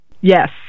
yes